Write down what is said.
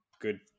good